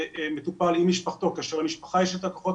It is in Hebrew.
המטופל עם משפחתו כאשר למשפחה יש הכוחות